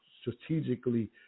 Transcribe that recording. strategically